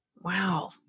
Wow